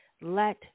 let